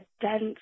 dense